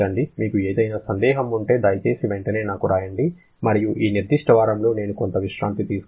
మీకు ఏదైనా సందేహం ఉంటే దయచేసి వెంటనే నాకు వ్రాయండి మరియు ఈ నిర్దిష్ట వారంలో నేను కొంత విశ్రాంతి తీసుకోగలను